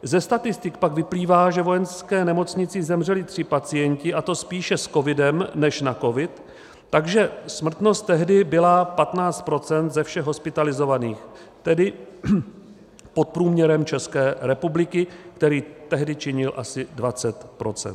Ze statistik pak vyplývá, že ve Vojenské nemocnici zemřeli tři pacienti, a to spíše s covidem než na covid, takže smrtnost tehdy byla patnáct procent ze všech hospitalizovaných, tedy pod průměrem České republiky, který tehdy činil asi dvacet procent.